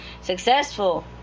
successful